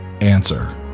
Answer